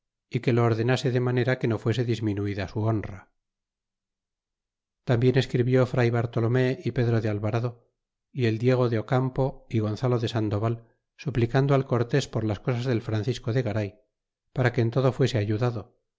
y que lo ordenase de manera que no fuese disminuida su honra y tambien escribió fr bartolomé y pedro de alvarado y el diego de ocampo y gonzalo de sandoval suplicando al cortés por las cosas del francisco de garay para que en todo fuese ayudado